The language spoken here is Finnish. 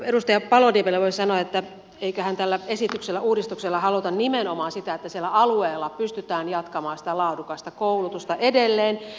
edustaja paloniemelle voin sanoa että eiköhän tällä esityksellä uudistuksella haluta nimenomaan sitä että alueilla pystytään jatkamaan sitä laadukasta koulutusta edelleen